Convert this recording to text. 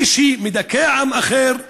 מי שמדכא עם אחר,